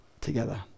together